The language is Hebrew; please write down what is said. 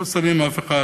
לא שמים אף אחד